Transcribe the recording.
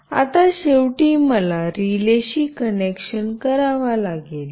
आता शेवटी मला रिलेशी कनेक्शन करावा लागेल